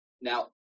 Now